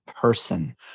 person